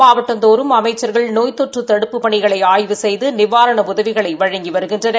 மாவட்டந்தோறும் அமைச்சா்கள் நோய் தொற்று தடுப்புப் பணிகளை ஆய்வு செய்து நிவாரண உதவிகளை வழங்கி வருகின்றனர்